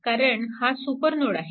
कारण हा सुपरनोड आहे